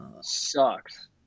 Sucks